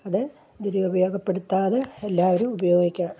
അത് ദുരുപയോഗപ്പെടുത്താതെ എല്ലാവരും ഉപയോഗിക്കണം